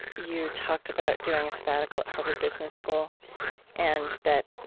you talked about doing a sabbatical at harvard business school and that